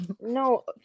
No